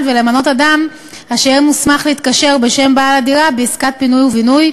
ולמנות אדם אשר יהיה מוסמך להתקשר בשם בעל הדירה בעסקת פינוי ובינוי,